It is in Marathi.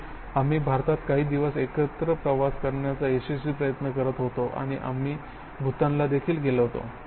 होय आम्ही भारतात काही दिवस एकत्र प्रवास करण्याचा यशस्वी प्रयत्न करत होतो आणि आम्ही भूतानला गेलो होतो